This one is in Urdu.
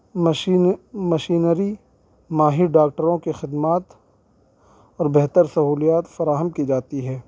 مشین مشینری ماہر ڈاکٹروں کے خدمات اور بہتر سہولیات فراہم کی جاتی ہے